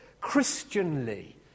Christianly